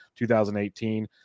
2018